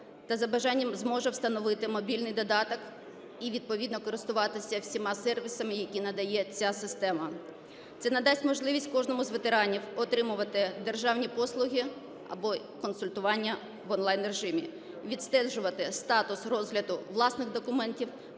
та за бажанням зможе встановити мобільний додаток і відповідно користуватися всіма сервісами, які надає ця система. Це надасть можливість кожному з ветеранів отримувати державні послуги або консультування в онлайн-режимі, відстежувати статус розгляду власних документів,